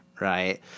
right